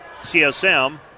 CSM